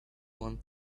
one